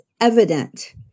evident